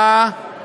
במרכז לגביית קנסות,